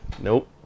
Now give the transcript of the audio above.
Nope